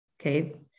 Okay